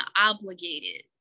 obligated